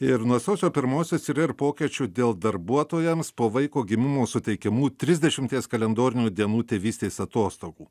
ir nuo sausio pirmosios yra ir pokyčių dėl darbuotojams po vaiko gimimo suteikiamų trisdešimties kalendorinių dienų tėvystės atostogų